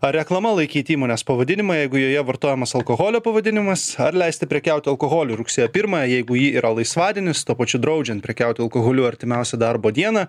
ar reklama laikyti įmonės pavadinimą jeigu joje vartojamas alkoholio pavadinimas ar leisti prekiauti alkoholiu rugsėjo pirmąją jeigu jis yra laisvadienis tuo pačiu draudžiant prekiauti alkoholiu artimiausią darbo dieną